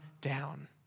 down